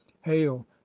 hail